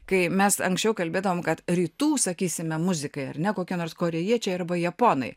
kai mes anksčiau kalbėdavom kad rytų sakysime muzikai ar ne kokia nors korėjiečiai arba japonai